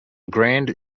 grand